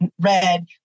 red